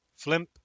Flimp